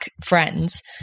friends